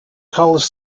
college